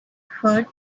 heard